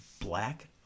black